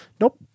Nope